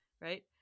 right